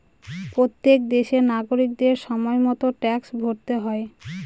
প্রত্যেক দেশের নাগরিকদের সময় মতো ট্যাক্স ভরতে হয়